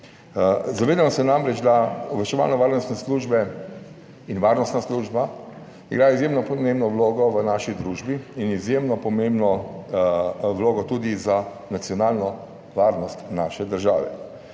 Zavedamo se namreč, da obveščevalno-varnostne službe in varnostna služba igrajo izjemno pomembno vlogo v naši družbi in izjemno pomembno vlogo tudi za nacionalno varnost naše države,